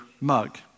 mug